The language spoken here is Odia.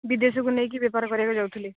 ବିଦେଶକୁ ନେଇକି ବେପାର କରିବାକୁ ଯାଉଥିଲେ